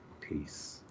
peace